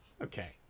Okay